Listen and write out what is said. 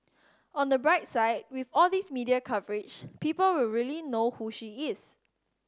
on the bright side with all these media coverage people will really know who she is